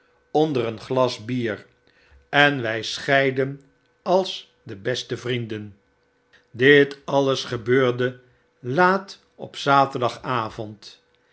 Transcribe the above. onder een glas bier en wy scheidden als de beste vrienden dit alles gebeurde laat op